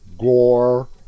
gore